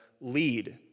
lead